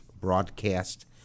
broadcast